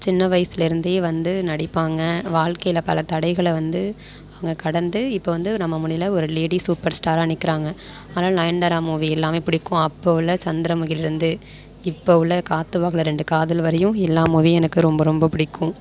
சின்ன வயசுலேருந்தே வந்து நடிப்பாங்க வாழ்க்கையில் பல தடைகளை வந்து அவங்க கடந்து இப்போ வந்து நம்ம முன்னியில் ஒரு லேடி சூப்பர் ஸ்டாராக நிற்கிறாங்க அதனால் நயன்தாரா மூவி எல்லாமே பிடிக்கும் அப்போ உள்ளே சந்திரமுகிலேந்து இப்போ உள்ள காற்றுவாக்குல ரெண்டு காதல் வரையும் எல்லா மூவியும் எனக்கு ரொம்ப ரொம்ப பிடிக்கும்